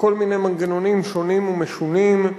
בכל מיני מנגנונים שונים ומשונים.